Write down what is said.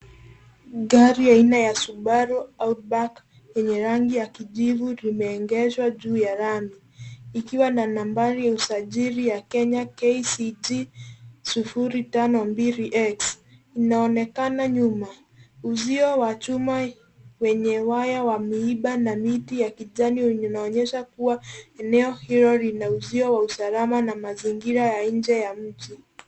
Gari aina ya Subaru Outback yenye rangi ya kijivu limeegeshwa juu ya lami ikiwa na nambari ya usajili ya Kenya KCT 052X inaonekana nyuma. Uzio wa chuma wenye waya wa miiba na miti ya kijani inaonyesha kuwa eneo hilo lina uzio wa usalama na mazingira ya nje ya mji.